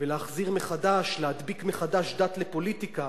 ולהחזיר מחדש, להדביק מחדש דת לפוליטיקה.